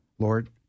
Lord